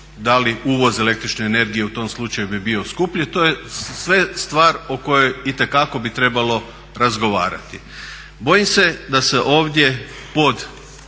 da li uvoz električne energije u tom slučaju bi bio skuplji. To su sve stvari o kojima itekako bi trebalo razgovarati. Bojim se da se ovdje pod